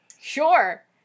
Sure